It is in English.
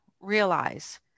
realize